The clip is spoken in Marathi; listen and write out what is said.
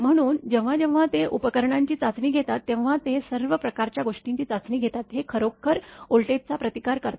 म्हणून जेव्हा जेव्हा ते उपकरणांची चाचणी घेतात तेव्हा ते सर्व प्रकारच्या गोष्टींची चाचणी घेतात हे खरोखर व्होल्टेजचा प्रतिकार करते